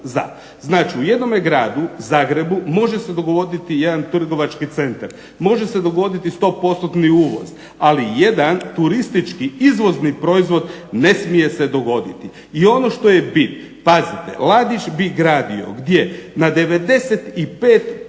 za. Znači, u jednome gradu Zagrebu može se dogoditi jedan trgovački centar, može se dogoditi sto postotni uvoz ali jedan turistički izvozni proizvod ne smije se dogoditi. I ono što je bit pazite. Ladić bi gradio gdje? Na 95%